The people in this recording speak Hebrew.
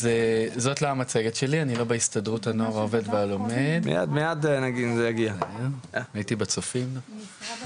זרוע עבודה היא יחידת סמך של משרד